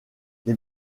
les